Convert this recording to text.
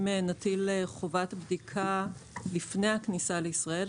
אם נטיל חובת בדיקה לפני הכניסה לישראל,